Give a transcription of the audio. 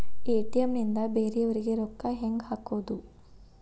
ATM ನಿಂದ ಬೇರೆಯವರಿಗೆ ರೊಕ್ಕ ಹೆಂಗ್ ಹಾಕೋದು?